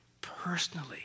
personally